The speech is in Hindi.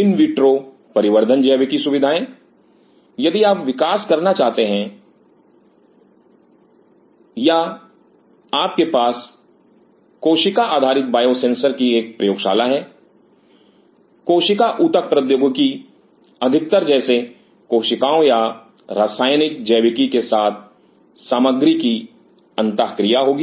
इन विट्रो परिवर्धन जैविकी सुविधाएँ यदि आप विकसित करना चाहते हैं या आपके पास कोशिका आधारित बायोसेंसर की एक प्रयोगशाला है कोशिका ऊतक प्रौद्योगिकी अधिकतर जैसे कोशिकाओं या रासायनिक जैविकी के साथ सामग्री की अंतःक्रिया होगी